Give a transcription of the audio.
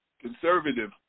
conservative